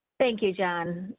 thank you, john,